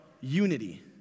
unity